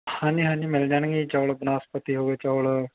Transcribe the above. ਹਾਂਜੀ ਹਾਂਜੀ ਮਿਲ ਜਾਣਗੇ ਚੌਲ ਬਨਸਪਤੀ ਹੋ ਗਏ ਚੌਲ